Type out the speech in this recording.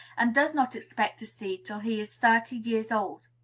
and does not expect to see till he is thirty years old.